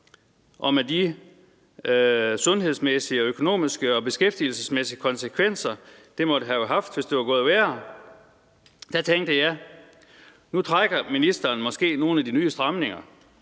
i de sundhedsmæssige og økonomiske og beskæftigelsesmæssige konsekvenser, det måtte have haft, hvis det var gået værre, var forbi, tænkte jeg: Nu trækker ministeren måske nogle af de nye stramninger